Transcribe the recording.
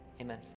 Amen